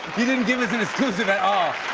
you didn't give us an exclusive at all.